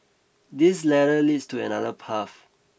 this ladder leads to another path